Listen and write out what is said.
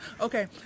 Okay